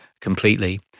completely